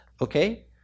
okay